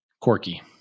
quirky